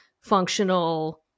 functional